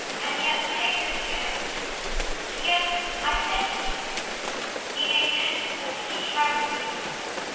and yet take this again and yet i thank you meaning henceforth to trouble you no more.